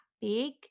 big